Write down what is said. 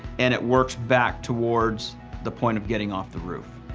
and it works back towards the point of getting off the roof.